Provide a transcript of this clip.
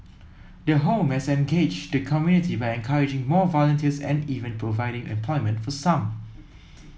the home has engaged the community by encouraging more volunteers and even providing employment for some